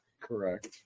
Correct